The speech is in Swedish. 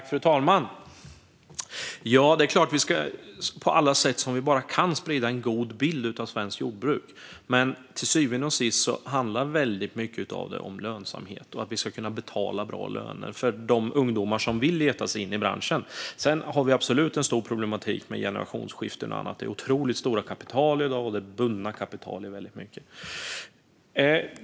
Fru talman! Det är klart att vi på alla sätt som vi bara kan ska sprida en god bild av svenskt jordbruk. Men till syvende och sist handlar mycket om lönsamhet och att vi ska kunna betala bra löner till de ungdomar som vill leta sig in i branschen. Sedan har vi absolut en stor problematik med generationsskiften och annat. Det är otroligt stora kapital i dag, och det är mycket bundna kapital.